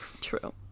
True